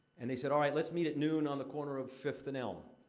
and they said, all right, let's meet at noon on the corner of fifth and elm.